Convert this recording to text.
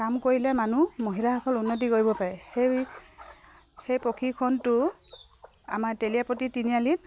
কাম কৰিলে মানুহ মহিলাসকল উন্নতি কৰিব পাৰে সেই সেই প্ৰশিক্ষণটো আমাৰ তেলীয়াপতি তিনিআলিত